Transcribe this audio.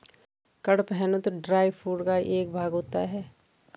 कड़पहनुत dry food का एक भाग होता है